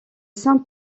saint